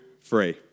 free